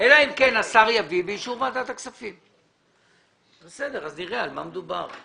אלא אם כן השר יביא באישור ועדת הכספים ואז נראה על מה מדובר.